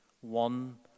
one